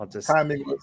timing